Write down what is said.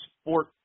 sport